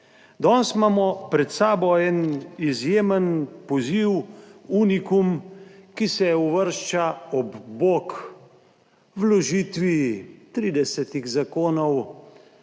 Danes imamo pred sabo en izjemen poziv, unikum, ki se uvršča ob bok vložitvi 30 zakonov